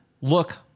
look